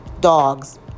dogs